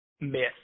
myth